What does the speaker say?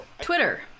Twitter